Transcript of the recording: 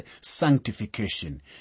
sanctification